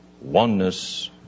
oneness